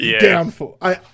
downfall